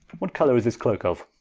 what colour is this cloake of?